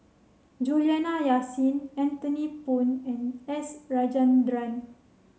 Juliana Yasin Anthony Poon and S Rajendran